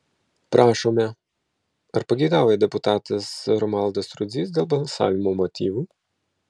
prašome ar pageidauja deputatas romualdas rudzys dėl balsavimo motyvų